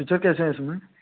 feature कैसा है इसमें